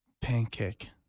Pancake